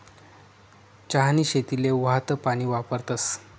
चहानी शेतीले वाहतं पानी वापरतस